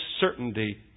certainty